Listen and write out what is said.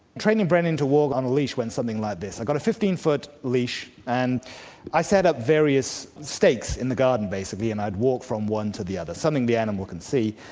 training brenin to walk on a leash went something like this i got a fifteen foot leash and i set up various stakes, in the garden basically, and i'd walk from one to the other, something the animal could see,